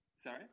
Sorry